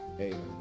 Amen